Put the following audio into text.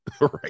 right